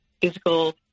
physical